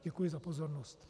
Děkuji za pozornost.